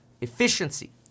efficiency